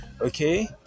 okay